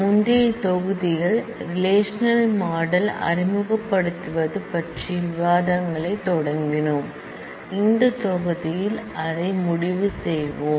முந்தைய விரிவுரையில் relational model அறிமுகப்படுத்துவது பற்றிய விவாதங்களைத் தொடங்கினோம் இந்த விரிவுரையில் முடிவு செய்வோம்